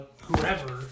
whoever